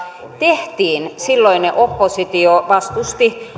tehtiin silloinen oppositio vastusti